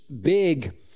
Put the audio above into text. big